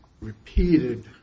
repeated